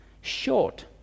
short